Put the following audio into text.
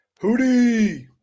Hootie